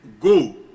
Go